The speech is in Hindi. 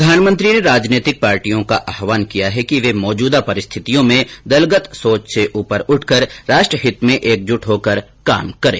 प्रधानमंत्री ने राजनेतिक पार्टियों का आहवान किया है कि वे मौजूदा परिस्थितियों में दलगत सोच से ऊपर उठकर राष्ट्रहित में एकजुट होकर काम करें